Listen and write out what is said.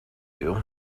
you